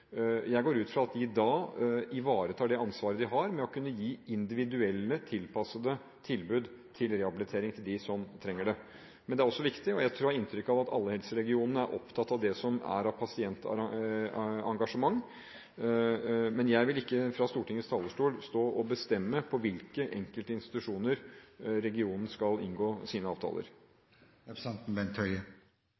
Jeg går ut fra at de da ivaretar det ansvaret de har ved å kunne gi individuelle, tilpassede tilbud om rehabilitering til dem som trenger det. Det er også viktig med det som er av pasientengasjement, som jeg har inntrykk av at alle helseregionene er opptatt av, men jeg vil ikke fra Stortingets talerstol stå og bestemme med hvilke enkeltinstitusjoner regionen skal inngå sine avtaler.